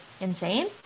insane